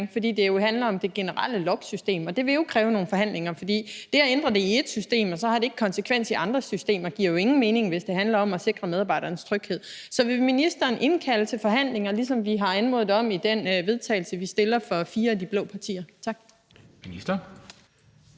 fordi det jo handler om det generelle logsystem. Og det vil kræve nogle forhandlinger, for det at ændre det i ét system, som ikke har konsekvenser i andre systemer, giver jo ingen mening, hvis det handler om at sikre medarbejderens tryghed. Så vil ministeren indkalde til forhandlinger, som vi har anmodet om i det forslag til vedtagelse, vi har fremsat fra fire af de blå partiers